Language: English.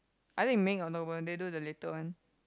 I think Ming got no one they do the later one